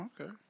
okay